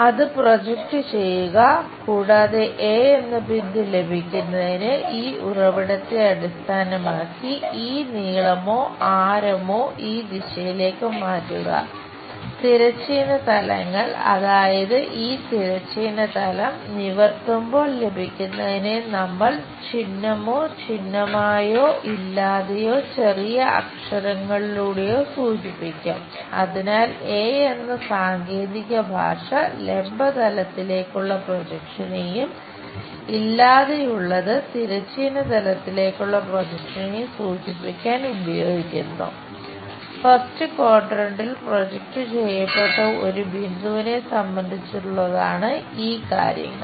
അതിനാൽ അത് പ്രൊജക്റ്റ് ചെയ്യപ്പെട്ട ഒരു ബിന്ദുവിനെ സംബന്ധിച്ചുള്ളതാണ് ഈ കാര്യങ്ങൾ